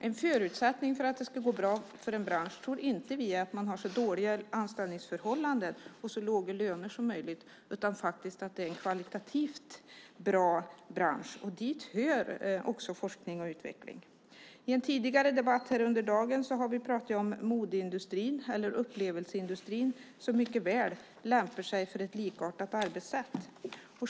En förutsättning för att det ska gå bra för en bransch är inte, tror vi, att man har så dåliga anställningsförhållanden och så låga löner som möjligt, utan en förutsättning är att det är en kvalitativt bra bransch. Dit hör också forskning och utveckling. I en debatt här tidigare i dag pratade vi om upplevelseindustrin som mycket väl lämpar sig för ett likartat arbetssätt.